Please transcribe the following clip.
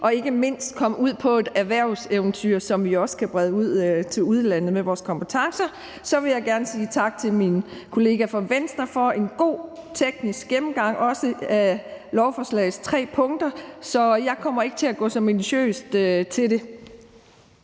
og ikke mindst komme ud på et erhvervseventyr, som vi også kan brede ud til udlandet, med vores kompetencer. Og så vil jeg gerne sige tak til min kollega fra Venstre for en god teknisk gennemgang af lovforslagets tre punkter, så jeg kommer ikke til at gå så minutiøst til det.